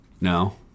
No